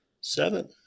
seven